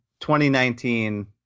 2019